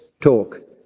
talk